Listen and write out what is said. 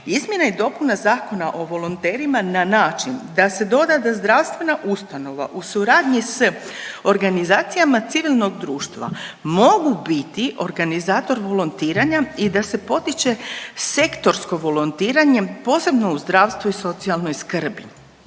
Izmjena i dopuna Zakona o volonterima na način da se doda da zdravstvena ustanova u suradnji s organizacijama civilnog društva mogu biti organizator volontiranja i da se potiče sektorsko volontiranje posebno u zdravstvu i socijalnoj skrbi.